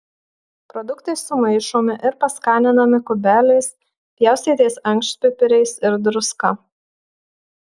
produktai sumaišomi ir paskaninami kubeliais pjaustytais ankštpipiriais ir druska